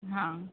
हां